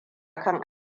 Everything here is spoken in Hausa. kan